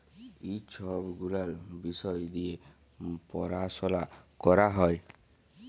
ই ছব গুলাল বিষয় দিঁয়ে পরাশলা ক্যরা হ্যয়